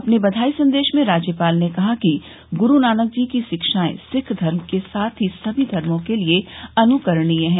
अपने बंधाई संदेश में राज्यपाल ने कहा कि गुरू नानक जी की शिक्षाए सिख धर्म के साथ ही सभी धर्मों के लिए अनुकरणीय हैं